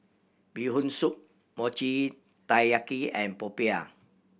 Bee Hoon Soup Mochi Taiyaki and popiah